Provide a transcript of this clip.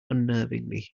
unnervingly